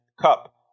cup